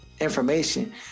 information